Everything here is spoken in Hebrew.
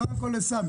קודם כול לסמי.